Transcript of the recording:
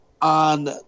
on